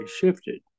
shifted